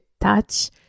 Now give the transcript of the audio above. touch